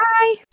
Bye